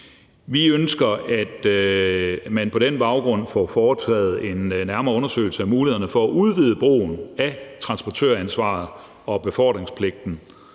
Vi ønsker, at man på den baggrund får foretaget en nærmere undersøgelse af mulighederne for at udvide brugen af transportøransvaret og befordringspligten